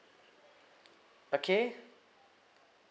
okay